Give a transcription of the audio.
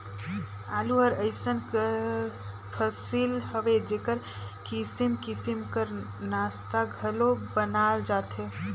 आलू हर अइसन फसिल हवे जेकर किसिम किसिम कर नास्ता घलो बनाल जाथे